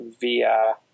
via